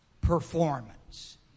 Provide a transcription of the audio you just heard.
performance